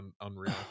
unreal